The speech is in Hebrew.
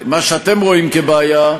מה שאתם רואים כבעיה,